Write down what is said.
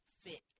Fit